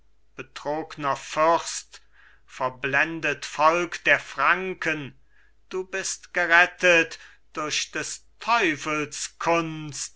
betrogner fürst verblendet volk der franken du bist gerettet durch des teufels kunst